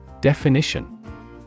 Definition